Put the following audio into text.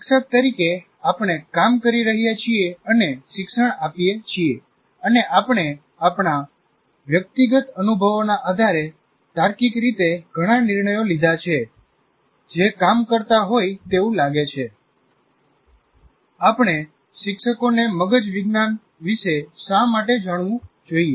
શિક્ષક તરીકે આપણે કામ કરી રહ્યા છીએ અને શિક્ષણ આપીએ છીએ અને આપણે આપણા વ્યક્તિગત અનુભવોના આધારે તાર્કિક રીતે ઘણા નિર્ણયો લીધા છે જે કામ કરતા હોય તેવું લાગે છે આપણે શિક્ષકોને મગજ વિજ્ઞાન વિશે શા માટે જાણવું જોઈએ